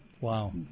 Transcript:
Wow